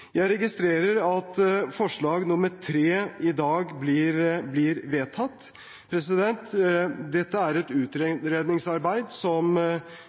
Jeg registrerer at forslag nr. 3 i dag blir vedtatt. Dette er et utredningsarbeid som